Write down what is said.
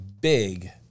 big